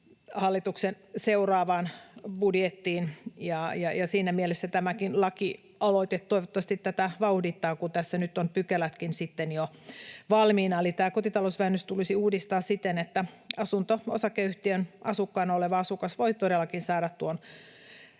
hallituksen seuraavaan budjettiin, ja siinä mielessä tämäkin lakialoite toivottavasti tätä vauhdittaa, kun tässä nyt on pykälätkin sitten jo valmiina. Eli tämä kotitalousvähennys tulisi uudistaa siten, että asunto-osakeyhtiön asukkaana oleva asukas voi todellakin saada tuon